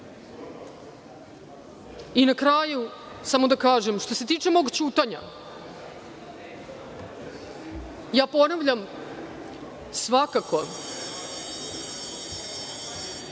kraju samo da kažem, što se tiče mog ćutanja, ponavljam svakako